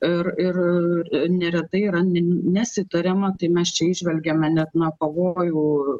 ir ir neretai yra nesitariama tai mes čia įžvelgiame net na pavojų